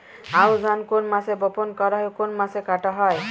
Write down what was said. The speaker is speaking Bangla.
আউস ধান কোন মাসে বপন করা হয় ও কোন মাসে কাটা হয়?